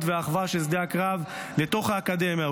והאחווה של שדה הקרב לתוך האקדמיה,